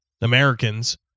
Americans